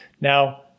Now